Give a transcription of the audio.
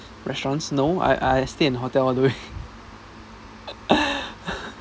restaurants no I I stay in hotel all the way